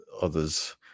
others